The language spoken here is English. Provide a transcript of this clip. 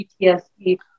PTSD